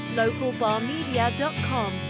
localbarmedia.com